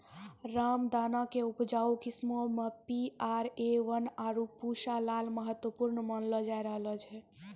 रामदाना के उपजाऊ किस्मो मे पी.आर.ए वन, आरु पूसा लाल महत्वपूर्ण मानलो जाय रहलो छै